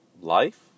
life